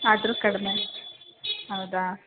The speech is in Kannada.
ಆದರೂ ಕಡಿಮೆ ಹೌದಾ